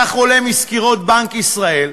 כך עולה מסקירות בנק ישראל,